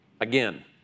Again